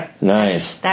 Nice